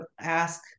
ask